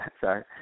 sorry